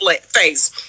face